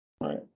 right